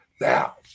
now